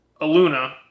Aluna